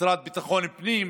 המשרד לביטחון פנים,